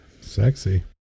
Sexy